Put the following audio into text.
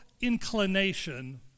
inclination